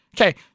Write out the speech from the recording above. Okay